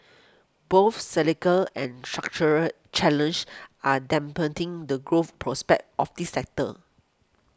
both cyclical and structural challenges are dampening the growth prospects of this sector